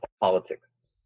politics